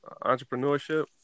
entrepreneurship